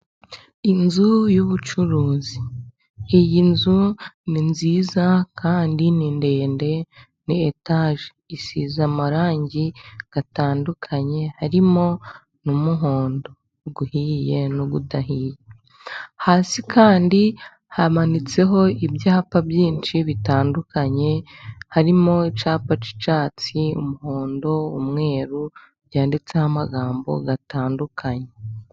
Inzu y'ubucuruzi, iyi nzu ni nziza kandi ni ndende ni etaje isize amarangi atandukanye harimo n'umuhondo uhiye n'udahiye. Hasi kandi hamanitseho ibyapa byinshi bitandukanye harimo icyapa cy'icyatsi, umuhondo, umweru byanditseho amagambo atandukanye.